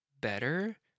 better